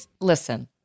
Listen